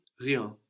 rien